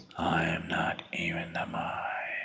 not even the mind.